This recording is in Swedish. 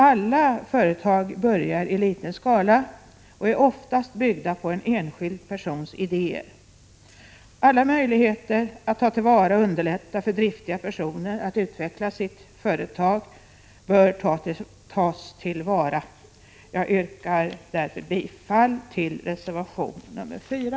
Alla företag börjar i liten skala och är oftast uppbyggda på en enskild persons idéer. Alla möjligheter att underlätta för driftiga personer att utveckla sina företag bör tas till vara. Jag yrkar därför bifall till reservation 4.